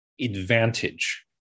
advantage